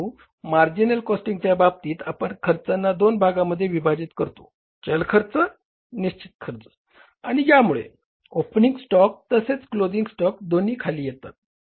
परंतु मार्जिनल कॉस्टिंगच्या बाबतीत आपण खर्चांना दोन भागामध्ये विभाजित करतो चल खर्च आणि निश्चित खर्च आणि यामुळे ओपनिंग स्टॉक तसेच क्लोझिंग स्टॉक दोन्ही खाली येतात